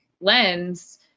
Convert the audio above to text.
lens